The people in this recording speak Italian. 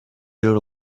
loro